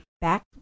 back